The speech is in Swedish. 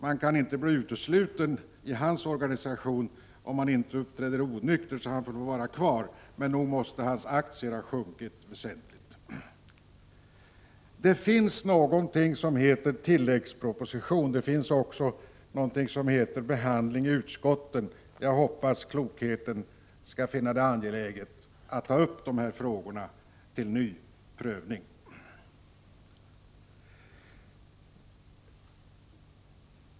Man kan ju inte uteslutas ur hans organisation om man inte uppträtt onyktert, så kulturministern får nog vara kvar i IOGT. Men nog måste hans aktier ha sjunkit väsentligt. Det finns någonting som kallas för tilläggsproposition. Det finns också någonting som benämns med orden behandling i utskotten. Jag hoppas således att klokheten skall segra och att man skall finna det angeläget att ta upp dessa frågor till ny prövning.